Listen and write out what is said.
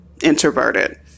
introverted